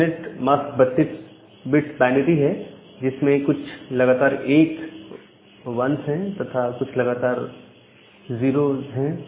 subnet mask 32 bits binary है जिसमें कुछ लगातार 1s है तथा कुछ लगातार 0s है